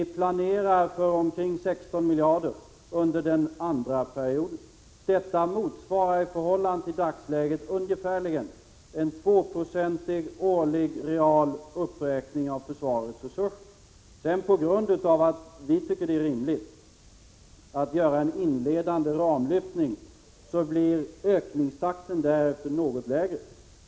Vi planerar för omkring 16 miljarder den andra perioden. Detta motsvarar i förhållande till dagsläget ungefärligen en 2-procentig årlig real uppräkning av försvarets resurser. På grund av att vi tycker det är rimligt att göra en inledande ramlyftning blir ökningstakten därefter något lägre.